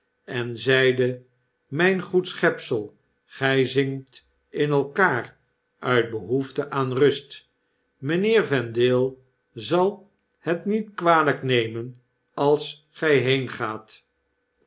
en zeide mijn goed schepsel gij zinkt in elkaar uit behoefte aan rust mynheer vendale zal het niet kwalyk nemen als